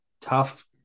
tough